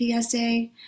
PSA